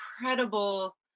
incredible